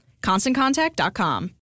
ConstantContact.com